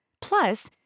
Plus